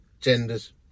genders